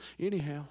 Anyhow